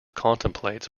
contemplates